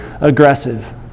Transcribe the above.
aggressive